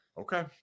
Okay